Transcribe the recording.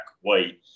white